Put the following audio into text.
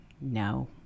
No